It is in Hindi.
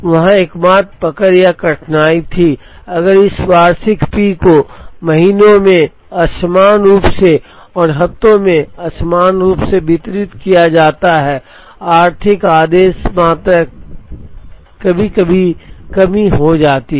वहां एकमात्र पकड़ या कठिनाई थी अगर इस वार्षिक P को महीनों में असमान रूप से और हफ्तों में असमान रूप से वितरित किया जाता है तो आर्थिक आदेश मात्रा कभी कभी कमी हो सकती है